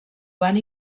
van